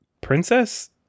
princess